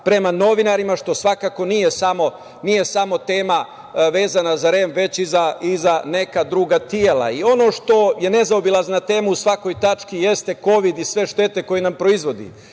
prema novinarima, što svakako nije samo tema vezana za REM, već i za neka druga tela. Ono što je nezaobilazna tema u svakoj tački jeste kovid i sve štete koje nam proizvodi.